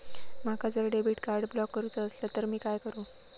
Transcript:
माका जर debit card block करूचा असला तर मी काय करू?